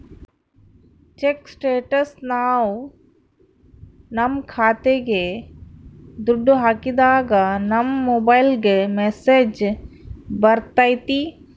check ಸ್ಟೇಟಸ್ನ ನಾವ್ ನಮ್ ಖಾತೆಗೆ ದುಡ್ಡು ಹಾಕಿದಾಗ ನಮ್ ಮೊಬೈಲ್ಗೆ ಮೆಸ್ಸೇಜ್ ಬರ್ತೈತಿ